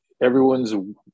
everyone's